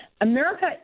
America